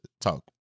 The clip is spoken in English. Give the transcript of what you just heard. talk